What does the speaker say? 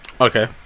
Okay